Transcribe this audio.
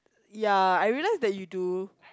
ya I realised that you do